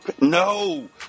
No